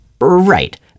Right